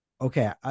Okay